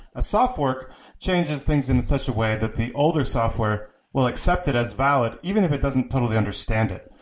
a soft fork changes things in such a way that the older software will accept it as valid even if it doesn't totally understand it.